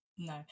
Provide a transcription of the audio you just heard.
No